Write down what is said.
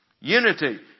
Unity